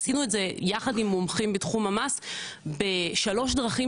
עשינו את זה יחד עם מומחים בתחום המס בשלוש דרכים